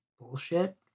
bullshit